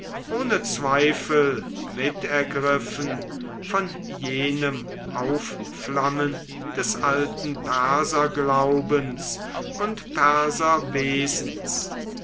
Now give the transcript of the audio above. ohne zweifel mitergriffen von jenem aufflammen des alten perserglaubens und